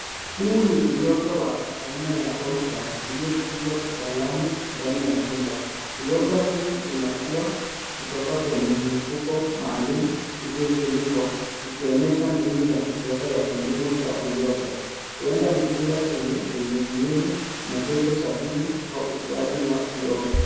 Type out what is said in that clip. Huu ni uyoga wa aina ya Oyster uliokuzwa kitaalamu ndani ya chumba. Uyoga huu unakuwa kutoka kwenye mifuko maalum, iliyotundikwa, ikionyesha mbinu ya kisasa ya kilimo cha uyoga. Huenda ni chumba chenye unyevunyevu na joto sahihi kwa ukuaji wa uyoga.